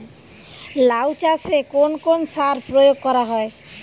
লাউ চাষে কোন কোন সার প্রয়োগ করা হয়?